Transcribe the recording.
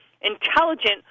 intelligent